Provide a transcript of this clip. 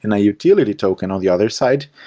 and utility token on the other side,